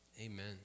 Amen